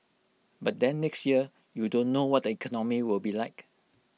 but then next year you don't know what the economy will be like